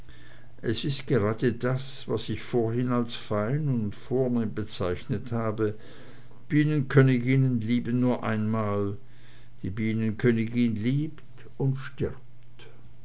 es ist das gerade das was ich vorhin als fein und vornehm bezeichnet habe bienenköniginnen lieben nur einmal die bienenkönigin liebt und stirbt